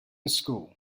school